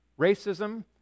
Racism